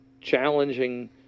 challenging